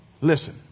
Listen